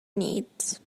needs